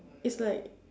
it's like